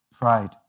pride